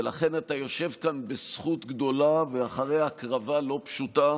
ולכן אתה יושב כאן בזכות גדולה ואחרי הקרבה לא פשוטה